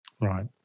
Right